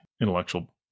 intellectual